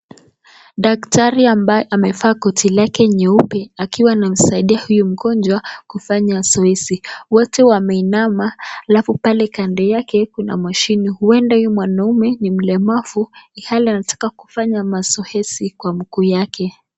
Daktari amevaa koti lake nyeupe akiwa, anamsaidia huyu mgonjwa, kufanya zoezi, wote wameinama, alafu pale kando yake kuna mashine, huenda huyu mwanaume ni mlemafu, ilhari anataka kufanya masoezi kwa mguu yake.